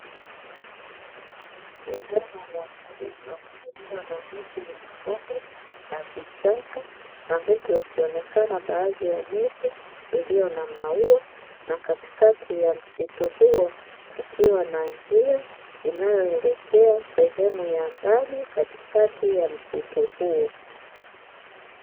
Sehemu ya msitu, iliyo na miti mifupi na vichaka na huku kukionekana baadhi ya miti iliyo na maua. Na katikati ya msitu huo kukiwa na njia inayoelekea sehemu ya ndani katikati ya msitu huo.